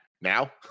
now